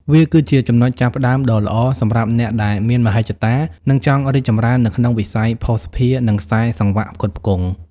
វាគឺជាចំណុចចាប់ផ្តើមដ៏ល្អសម្រាប់អ្នកដែលមានមហិច្ឆតា និងចង់រីកចម្រើននៅក្នុងវិស័យភស្តុភារ និងខ្សែសង្វាក់ផ្គត់ផ្គង់។